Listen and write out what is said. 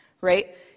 right